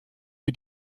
für